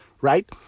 right